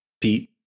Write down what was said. Pete